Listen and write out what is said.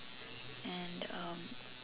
and um